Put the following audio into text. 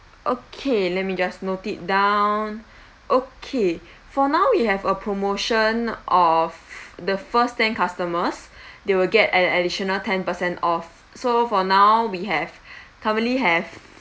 okay let me just note it down okay for now we have a promotion of the first ten customers they will get an additional ten percent off so for now we have currently have